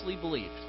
believed